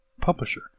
publisher